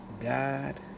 God